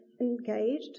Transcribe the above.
engaged